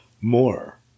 more